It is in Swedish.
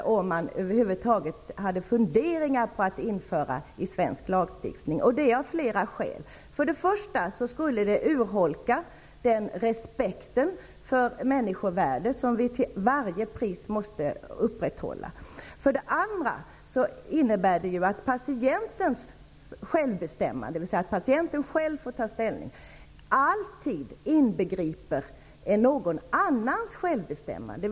Jag hoppas man inte har några funderingar på att införa dem i svensk lagstiftning. Det av flera skäl. För det första skulle det urholka respekten för människovärdet som vi till varje pris måste upprätthålla. För det andra innebär det att patientens självbestämmande -- dvs. att patienten själv tar ställning -- alltid också inbegriper någon annans självbestämmande.